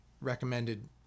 recommended